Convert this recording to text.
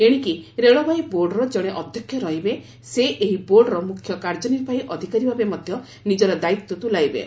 ଏଶିକି ରେଳବାଇ ବୋର୍ଡର ଜଣେ ଅଧ୍ୟକ୍ଷ ରହିବେ ସେ ଏହି ବୋର୍ଡର ମ୍ରଖ୍ୟ କାର୍ଯ୍ୟନିର୍ବାହୀ ଅଧିକାରୀ ଭାବେ ମଧ୍ୟ ନିଜର ଦାୟିତ୍ୱ ତୁଲାଇବେ